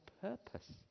purpose